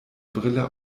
brille